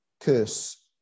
curse